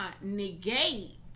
negate